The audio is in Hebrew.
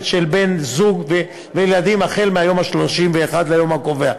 של בן-זוג וילדים, החל מהיום ה-31 לתאריך הקובע.